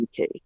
UK